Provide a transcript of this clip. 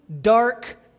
dark